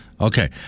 Okay